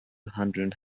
handeln